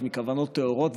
מכוונות טהורות,